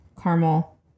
caramel